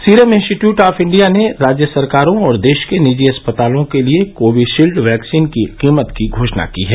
serum Institute of India ने राज्य सरकारों और देश के निजी अस्पतालों के लिए कोविशील्ड वैक्सीन की कीमत की घोषणा की है